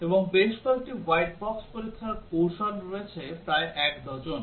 এবং বেশ কয়েকটি হোয়াইট বক্স পরীক্ষার কৌশল রয়েছে প্রায় এক ডজন